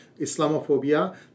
Islamophobia